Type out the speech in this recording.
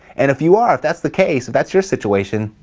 and if you are, if that's the case, if that's your situation,